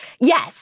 Yes